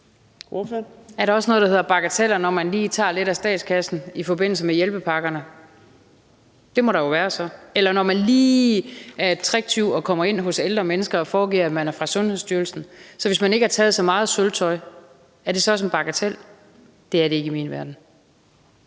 Er der også noget, der hedder bagateller, når man lige tager lidt af statskassen i forbindelse med hjælpepakkerne? Det må der jo være så. Eller når man lige er en tricktyv, der kommer ind hos ældre mennesker og foregiver, at man er fra Sundhedsstyrelsen, og hvis man så ikke tager så meget sølvtøj, er det så også en bagatel? Det er det ikke i min verden.